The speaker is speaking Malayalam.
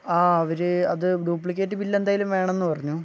ആ അവര് അത് ഡ്യൂപ്ലിക്കേറ്റ് ബില്ലെന്തേലും വേണമെന്നു പറഞ്ഞു